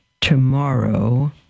tomorrow